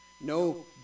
no